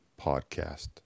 Podcast